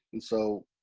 and so,